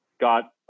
got